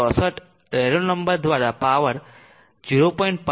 664 Reynolds દ્વારા power 0